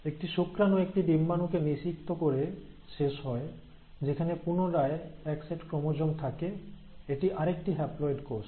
একটি শুক্রাণু একটি ডিম্বাণুকে নিষিক্ত করে শেষ হয় যেখানে পুনরায় এক সেট ক্রোমোজোম থাকে এটি আরেকটি হ্যাপ্লয়েড কোষ